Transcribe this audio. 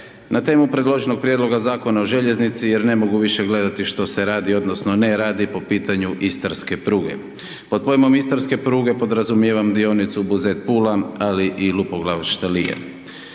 na temu predloženog prijedloga Zakona o željeznici jer ne mogu više gledati što se radi odnosno ne radi po pitanju istarske pruge. Pod pojmom istarske pruge podrazumijevam dionicu Buzet-Pula, ali i Lupoglav – Štalije.